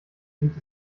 sieht